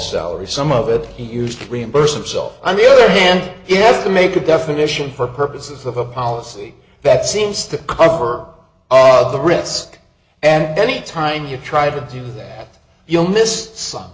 salary some of it he used to reimburse himself on the other hand he has to make a definition for purposes of a policy that seems to cover all the risk and any time you try to do that you'll miss some